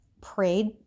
prayed